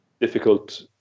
difficult